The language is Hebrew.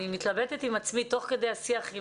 אני מתלבטת עם עצמי תוך כדי השיח עם